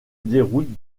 déroute